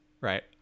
right